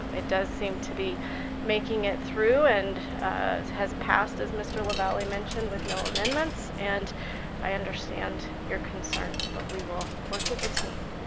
it does seem to be making it through and has passed, as mr. lavalley mentioned, with no amendments, and i understand your concerns, but we will work as a team.